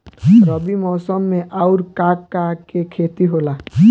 रबी मौसम में आऊर का का के खेती होला?